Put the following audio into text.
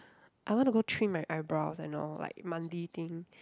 I want to go trim my eyebrows and all like monthly thing